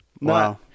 Wow